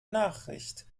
nachricht